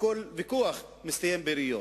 וכל ויכוח מסתיים ביריות?